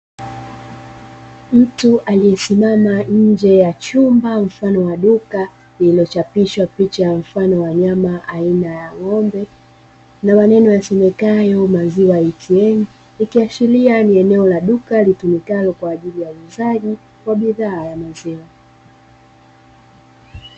Mtu aliyesimama nje ya chumba mfano wa duka, lililochapishwa picha ya mfano wa nyama aina ya ng'ombe, na maneno yasemekayo "maziwa atm" Ikiashiria ni eneo la duka litumikalo kwa ajili ya uzaji kwa bidhaa ya maziwa.